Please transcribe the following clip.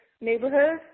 neighborhood